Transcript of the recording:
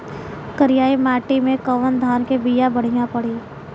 करियाई माटी मे कवन धान के बिया बढ़ियां पड़ी?